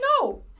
no